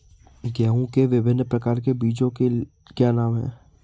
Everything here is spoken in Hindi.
गेहूँ के विभिन्न प्रकार के बीजों के क्या नाम हैं?